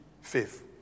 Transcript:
faith